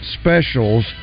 specials